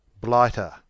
blighter